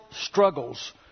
struggles